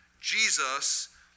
Jesus